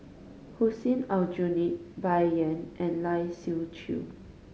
Hussein Aljunied Bai Yan and Lai Siu Chiu